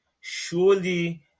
surely